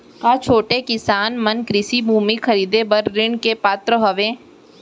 का छोटे किसान मन कृषि भूमि खरीदे बर ऋण के पात्र हवे?